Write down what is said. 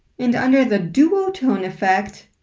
and under the duotone effect,